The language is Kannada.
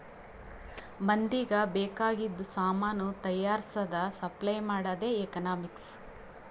ಮಂದಿಗ್ ಬೇಕ್ ಆಗಿದು ಸಾಮಾನ್ ತೈಯಾರ್ಸದ್, ಸಪ್ಲೈ ಮಾಡದೆ ಎಕನಾಮಿಕ್ಸ್